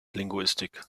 linguistik